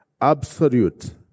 absolute